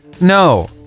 No